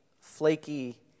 flaky